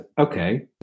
okay